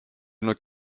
olnud